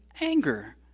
anger